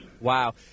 Wow